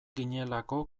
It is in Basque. ginelako